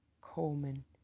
Coleman